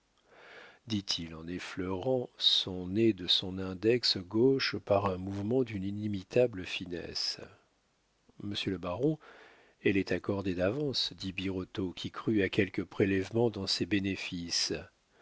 dit-il en effleurant son nez de son index gauche par un mouvement d'une inimitable finesse monsieur le baron elle est accordée d'avance dit birotteau qui crut à quelque prélèvement dans ses bénéfices